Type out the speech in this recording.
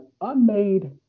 unmade